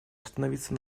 остановиться